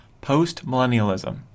post-millennialism